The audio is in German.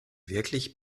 wirklich